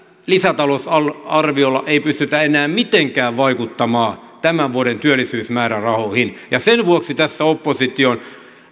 lisätalousarviolla ei pystytä enää mitenkään vaikuttamaan tämän vuoden työllisyysmäärärahoihin ja sen vuoksi tässä opposition